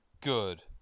good